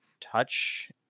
touch